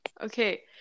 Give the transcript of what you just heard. Okay